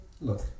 look